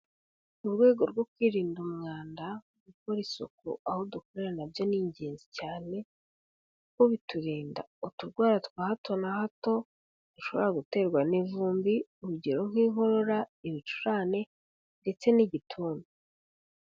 Mu rwego rwo kwirinda umwanda, gukora isuku aho dukorera na byo ni ingenzi cyane, kuko biturinda uturwara twa hato na hato dushobora guterwa n'ivumbi, urugero nk'inkorora, ibicurane ndetse n'igituntu.